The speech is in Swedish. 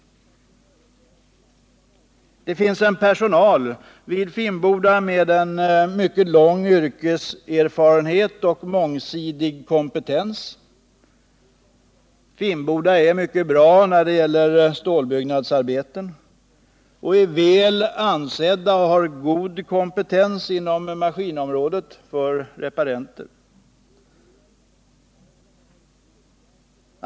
Personalen vid Finnboda varv har en mycket lång yrkeserfarenhet och en mångsidig kompetens. Finnboda är mycket bra när det gäller stålbyggnadsarbeten och är väl ansett och har god kompetens på maskinområdet i fråga om reparenter.